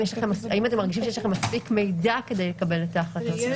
האם אתם מרגישים שיש לכם מספיק מידע כדי לקבל את ההחלטה?